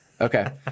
Okay